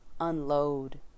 unload